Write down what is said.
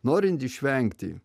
norint išvengti